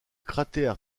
cratère